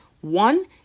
one